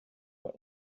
der